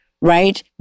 right